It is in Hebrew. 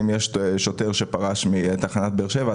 אם יש שוטר שפרש מתחנת באר-שבע,